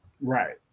Right